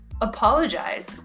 apologize